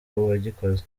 uwagikoze